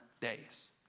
days